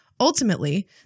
ultimately